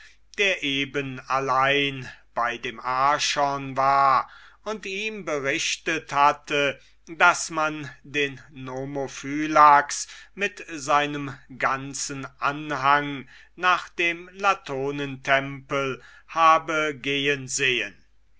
der eben allein bei dem archon war und ihm berichtet hatte daß man den nomophylax mit seinem ganzen anhang nach dem latonentempel gehen gesehen